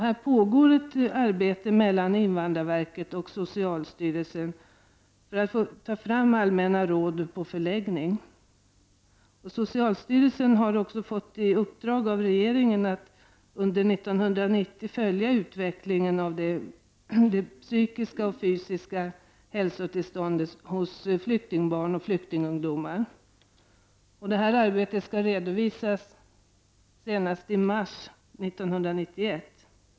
Det pågår ett samarbete mellan invandrarverket och socialstyrelsen för att utarbeta allmänna råd om barn på förläggning. Socialstyrelsen har också fått i uppdrag av regeringen att under 1990 följa utvecklingen av det psykiska och fysiska hälsotillståndet hos flyktingbarn och flyktingungdomar. Detta arbete skall redovisas senast i mars 1991.